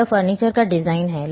यह फर्नीचर का डिज़ाइन है